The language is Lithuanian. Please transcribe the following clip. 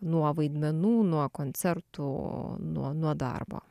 nuo vaidmenų nuo koncertų nuo nuo darbo